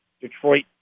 Detroit